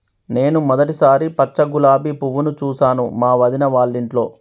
నేను మొదటిసారి పచ్చ గులాబీ పువ్వును చూసాను మా వదిన వాళ్ళింట్లో